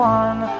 one